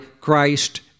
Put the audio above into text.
Christ